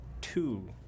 two